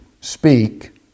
speak